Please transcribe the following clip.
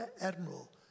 admiral